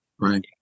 right